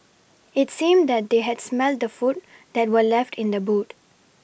it seemed that they had smelt the food that were left in the boot